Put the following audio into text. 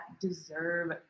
deserve